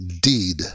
deed